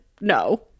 no